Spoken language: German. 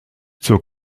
zur